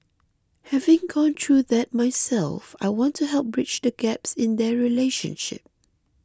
having gone through that myself I want to help bridge the gaps in their relationship